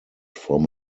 from